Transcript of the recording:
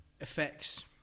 Effects